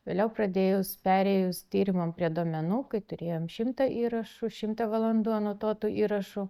vėliau pradėjus perėjus tyrimam prie duomenų kai turėjom šimtą įrašų šimtą valandų anotuotų įrašų